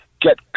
get